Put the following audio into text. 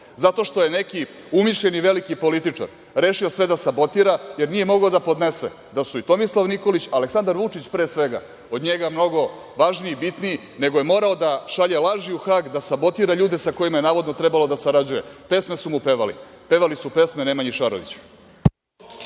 Zato što je neki umišljeni veliki političar rešio sve da sabotira, jer nije mogao da podnese da su Tomislav Nikolić, Aleksandar Vučić, pre svega, od njega mnogo važniji, bitniji, nego je morao da šalje laži u Hag, da sabotira ljude sa kojima je trebao da sarađuje. Pesme su mu pevali, pevali su pesme Nemanji Šaroviću.